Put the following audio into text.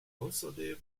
außerdem